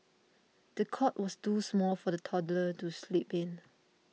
the cot was too small for the toddler to sleep in